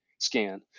scan